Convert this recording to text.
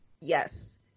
Yes